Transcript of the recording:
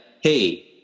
Hey